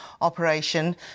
operation